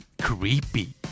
Creepy